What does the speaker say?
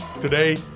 Today